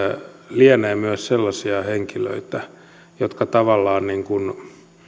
lienee myös sellaisia henkilöitä jotka tavallaan